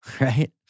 right